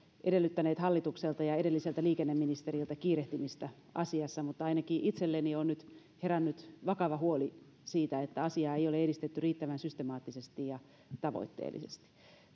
edellyttäneet hallitukselta ja edelliseltä liikenneministeriltä kiirehtimistä asiassa mutta ainakin itselleni on nyt herännyt vakava huoli siitä että asiaa ei ole edistetty riittävän systemaattisesti ja tavoitteellisesti